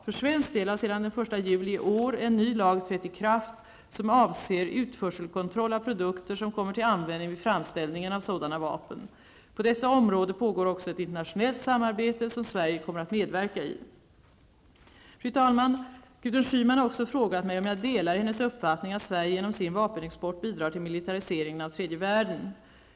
För svensk del har sedan den 1 juli i år en ny lag trätt i kraft som avser utförselkontroll av produkter som kommer till användning vid framställningen av sådana vapen. På detta område pågår också ett internationellt samarbete som Sverige kommer att medverka i. Fru talman! Gudrun Schyman har också frågat mig om jag delar hennes uppfattning att Sverige genom sin vapenexport bidrar till militariseringen av tredje världen.